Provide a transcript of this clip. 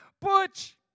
Butch